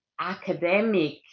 academic